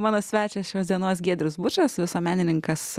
mano svečias šios dienos giedrius bučas visuomenininkas